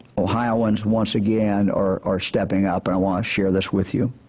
ohioans once again are are stepping up, and i want to share this with you.